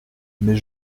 mais